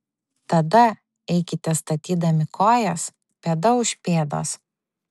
tada eikite statydami kojas pėda už pėdos